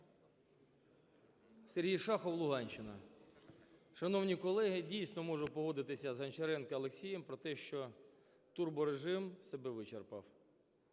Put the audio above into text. Сергій Шахов, Луганщина. Шановні колеги, дійсно, можу погодитися з Гончаренком Олексієм про те, що турборежим себе вичерпав.